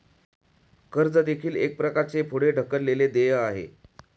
कर्ज देखील एक प्रकारचे पुढे ढकललेले देय आहे